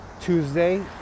Tuesday